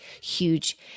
huge